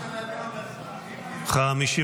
נתקבל.